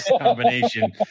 combination